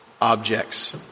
objects